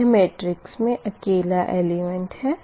यह मेट्रिक्स मे अकेला एलिमेंट है